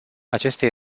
acestei